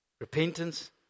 Repentance